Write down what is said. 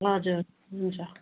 हजुर हुन्छ